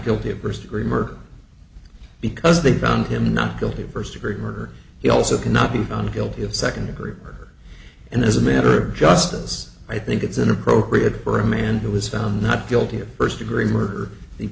guilty of first degree murder because they found him not guilty of first degree murder he also cannot be found guilty of second degree murder and as a matter of justice i think it's inappropriate for a man who was found not guilty of first degree murder the